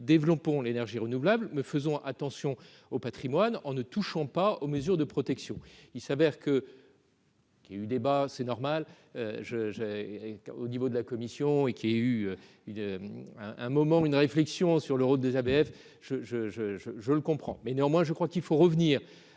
développons l'énergie renouvelable, mais faisons attention au Patrimoine en ne touchant pas aux mesures de protection, il s'avère que. Il y a eu débat c'est normal je j'ai au niveau de la commission et qu'il y ait eu une un un moment une réflexion sur le rôle des ABF je, je, je, je, je le comprends mais néanmoins, je crois qu'il faut revenir